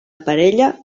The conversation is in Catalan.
parella